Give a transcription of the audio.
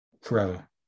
forever